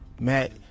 Matt